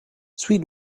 sweet